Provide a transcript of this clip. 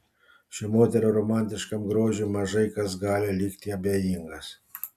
šių moterų romantiškam grožiui mažai kas gali likti abejingas